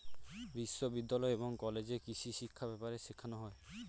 বিশ্ববিদ্যালয় এবং কলেজে কৃষিশিক্ষা ব্যাপারে শেখানো হয়